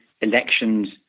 elections